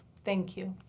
thank you.